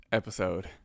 episode